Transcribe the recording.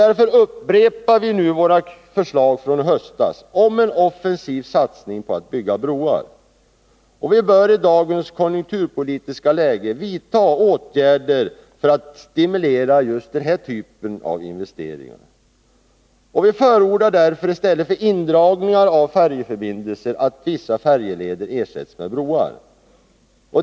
Därför upprepar vi nu våra förslag från i höstas om en offensiv satsning på att bygga broar. Vi bör i dagens konjunkturpolitiska läge vidta åtgärder för att stimulera denna typ av investeringar. Vi förordar därför, i stället för indragningar av färjeförbindelser, att vissa färjeleder ersätts med broar.